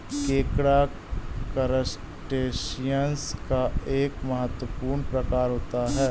केकड़ा करसटेशिंयस का एक महत्वपूर्ण प्रकार होता है